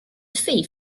fee